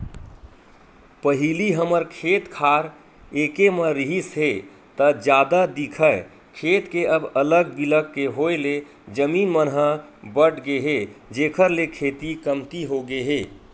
पहिली हमर खेत खार एके म रिहिस हे ता जादा दिखय खेत के अब अलग बिलग के होय ले जमीन मन ह बटगे हे जेखर ले खेती कमती होगे हे